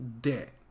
debt